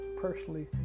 personally